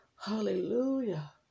Hallelujah